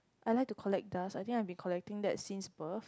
I like to collect dust I think I will be collecting that since birth